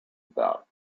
about